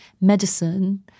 medicine